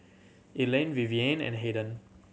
Elaine Vivienne and Hayden